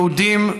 יהודים,